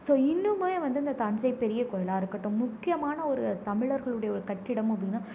so இன்னுமே வந்து அந்த தஞ்சை பெரிய கோயிலாக இருக்கட்டும் முக்கியமான ஒரு தமிழர்களுடைய ஒரு கட்டிடம் அப்படின்னா